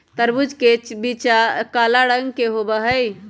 तरबूज के बीचा काला रंग के होबा हई